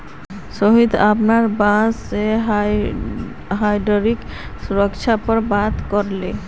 रोहित अपनार बॉस से हाइब्रिड सुरक्षा पर बात करले